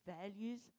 values